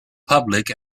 public